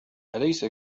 أليس